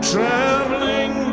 Traveling